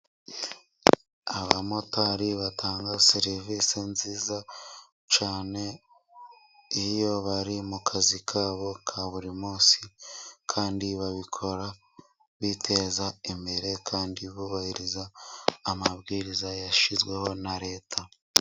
Abamotari batanga serivisi nziza cyane. Iyo bari mu kazi kabo ka buri munsi. Kandi babikora biteza imbere kandi bubahiriza amabwiriza yashyizweho na leta.